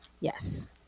Yes